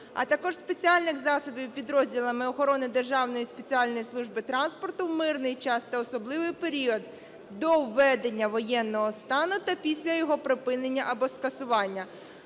а також спеціальних засобів підрозділами охорони Державної спеціальної служби транспорту в мирний час та особливий період до введення воєнного стану та після його припинення або скасування.